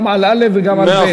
גם על א' וגם על ב'.